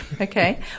okay